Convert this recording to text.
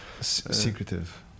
Secretive